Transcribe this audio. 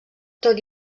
tot